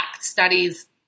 studies